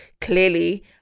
clearly